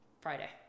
Friday